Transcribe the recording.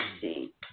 see